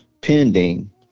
pending